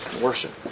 Worship